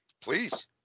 Please